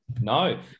No